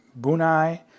Bunai